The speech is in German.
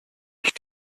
ich